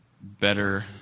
better